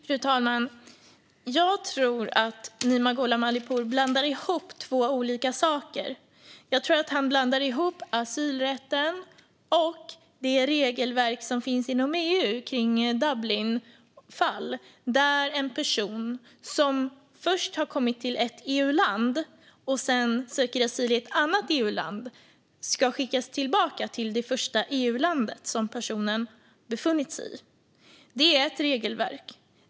Fru talman! Jag tror att Nima Gholam Ali Pour blandar ihop två olika saker. Jag tror att han blandar ihop asylrätten och det regelverk som finns inom EU när det gäller Dublinfall, där en person som först har kommit till ett EU-land och sedan söker asyl i ett annat EU-land ska skickas tillbaka till det första EU-landet som personen befann sig i. Det är ett regelverk.